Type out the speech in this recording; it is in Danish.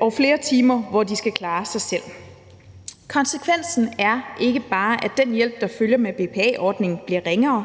og flere timer, hvor de skal klare sig selv. Konsekvensen er ikke bare, at den hjælp, der følger med BPA-ordningen, bliver ringere;